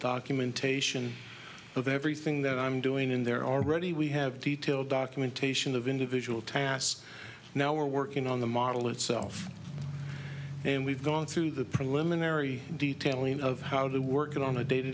documentation of everything that i'm doing in there already we have detailed documentation of individual tasks now we're working on the model itself and we've gone through the preliminary detailing of how they work on a day to